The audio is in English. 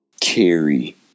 carry